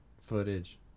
footage